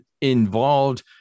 involved